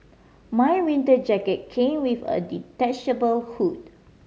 my winter jacket came with a detachable hood